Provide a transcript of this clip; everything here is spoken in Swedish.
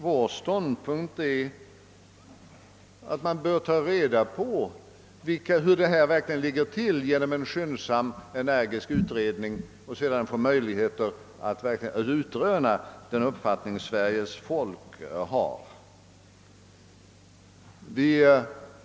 Vår ståndpunkt är att man genom en skyndsam och energisk utredning bör skaffa sig ökade informationer och sedan möjlighet att utröna den uppfattning Sveriges folk har.